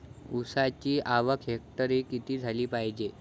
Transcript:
ऊसाची आवक हेक्टरी किती झाली पायजे?